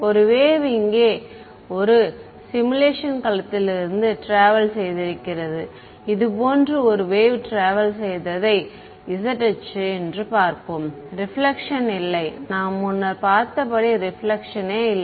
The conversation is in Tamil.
ஒரு வேவ் இங்கே ஒரு சிமுலேஷன் களத்திலிருந்து ட்ராவல் செய்திருக்கிறது இது போன்று ஒரு வேவ் ட்ராவல் செய்ததை z அச்சு என்று அழைப்போம் ரெபிலேக்ஷன் இல்லை நாம் முன்னர் பார்த்தபடி ரெபிலேக்ஷனே இல்லை